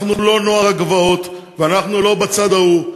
אנחנו לא נוער הגבעות ואנחנו לא בצד ההוא.